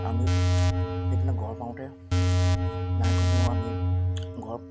আমি সেইদিনা ঘৰ পাওঁতে নাই কমেও আমি ঘৰ